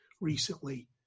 recently